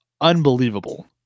Unbelievable